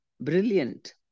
brilliant